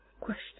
question